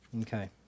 Okay